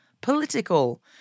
political